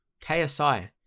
KSI